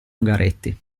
ungaretti